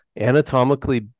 anatomically